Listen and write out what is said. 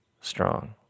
strong